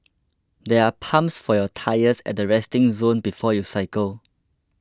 there are pumps for your tyres at the resting zone before you cycle